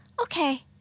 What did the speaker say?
Okay